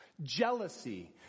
jealousy